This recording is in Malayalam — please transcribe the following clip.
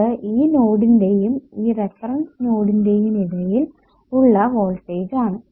അത് ഈ നോഡിന്റെയും ഈ റഫറൻസ് നോഡിന്റെയും ഇടയിൽ ഉള്ള വോൾടേജ് ആണ്